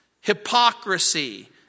hypocrisy